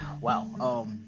wow